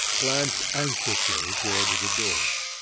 glanced anxiously towards the door.